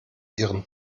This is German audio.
ihren